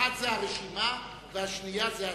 אחת זו הרשימה והשנייה זה הזמן.